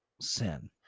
sin